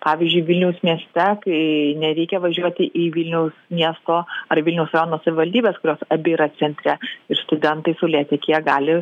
pavyzdžiui vilniaus mieste kai nereikia važiuoti į vilniaus miesto ar vilniaus rajono savivaldybės kurios abi yra centre ir studentai saulėtekyje gali